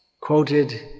quoted